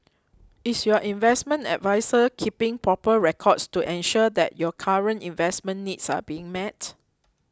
is your investment adviser keeping proper records to ensure that your current investment needs are being met